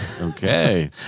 Okay